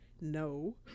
no